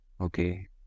okay